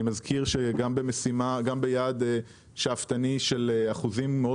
אני מזכיר שגם ביעד שאפתני של אחוזים מאוד